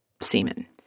semen